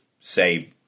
say